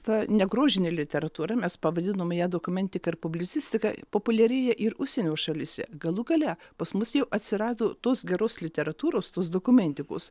ta negrožinė literatūra mes pavadinome ją dokumentika ir publicistika populiarėja ir užsienio šalyse galų gale pas mus jau atsirado tos geros literatūros tos dokumentikos